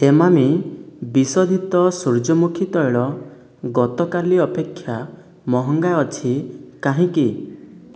ଏମାମି ବିଶୋଧିତ ସୂର୍ଯ୍ୟମୁଖୀ ତୈଳ ଗତକାଲି ଅପେକ୍ଷା ମହଙ୍ଗା ଅଛି କାହିଁକି